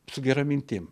su gera mintim